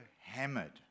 hammered